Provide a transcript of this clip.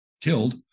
killed